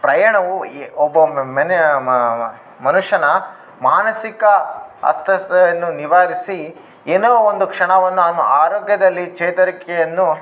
ಪ್ರಯಾಣವು ಈ ಒಬ್ಬ ಮನೆ ಮನುಷ್ಯನ ಮಾನಸಿಕ ಅಸ್ವಸ್ಥತೆಯನ್ನು ನಿವಾರಿಸಿ ಏನೋ ಒಂದು ಕ್ಷಣವನ್ನು ಅವನು ಆರೋಗ್ಯದಲ್ಲಿ ಚೇತರಿಕೆಯನ್ನು